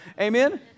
Amen